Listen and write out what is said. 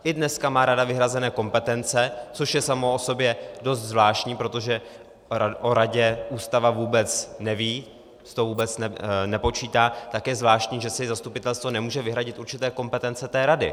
I dneska má rada vyhrazené kompetence, což je samo o sobě dost zvláštní, protože o radě Ústava vůbec neví, s tou vůbec nepočítá, tak je zvláštní, že si zastupitelstvo nemůže vyhradit určité kompetence té rady.